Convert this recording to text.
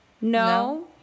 no